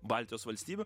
baltijos valstybių